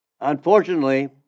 Unfortunately